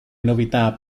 novità